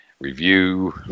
review